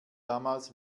damals